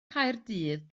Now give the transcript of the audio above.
caerdydd